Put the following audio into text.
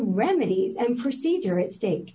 remedies and procedure at stake